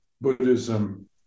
Buddhism